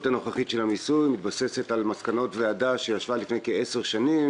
הנוכחית של המיסוי מתבססת על מסקנות ועדה שישבה לפני כעשר שנים